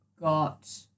got